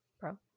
bro